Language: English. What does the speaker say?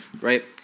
right